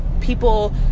people